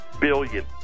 billion